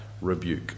rebuke